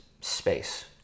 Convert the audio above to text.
space